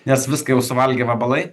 nes viską jau suvalgė vabalai